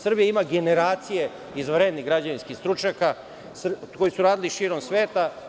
Srbija ima generacije izvanrednih građevinskih stručnjaka, koji su radili širom sveta.